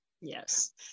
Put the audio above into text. yes